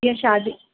जीअं शादी